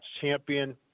champion